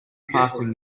passing